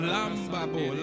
Lambabo